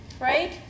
right